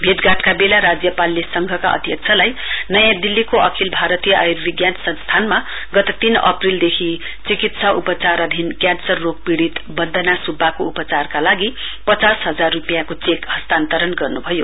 भेटघाटका बेला राज्यपालले संघका अध्यक्षतालाई नयाँ दिल्लीको अखिल भारतीय आयुर्विज्ञान सस्थानमा गत तीन अप्रेलदेखि चिकित्सा उपचाराधीन क्यान्सर पीड़ित वन्दवना सुब्बाको उपचारका लागि पचास हजार रूपियाँको चेक हस्तान्तरण गर्नुभयो